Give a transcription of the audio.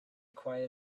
quiet